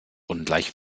ungleich